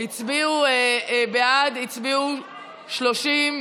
בעד הצביעו 30,